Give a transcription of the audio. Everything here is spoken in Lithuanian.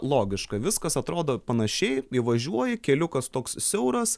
logiška viskas atrodo panašiai įvažiuoji keliukas toks siauras